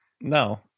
No